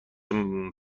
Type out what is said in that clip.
مواد